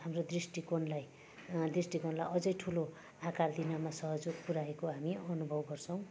हाम्रो दृष्टिकोणलाई दृष्टिकोणलाई अझै ठुलो आकार दिनमा सहयोग पुऱ्याएको हामी अनुभव गर्छौँ